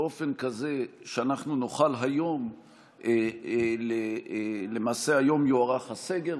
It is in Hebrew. באופן כזה שאנחנו נוכל היום למעשה היום יוארך הסגר,